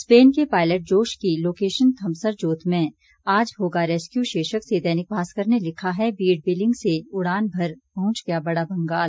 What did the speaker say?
Spain के pilot Josh की location Thamsar Jot में आज होगा रेस्क्यू शीर्षक से दैनिक भास्कर ने लिखा है बीड़ बिलिंग से उड़ान भर पहुंच गया बड़ा भंगाल